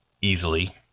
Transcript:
Easily